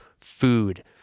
food